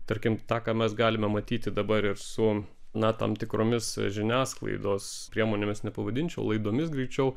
tarkim tą ką mes galime matyti dabar ir su na tam tikromis žiniasklaidos priemonėmis nepavadinčiau laidomis greičiau